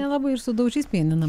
nelabai ir sudaužys pianino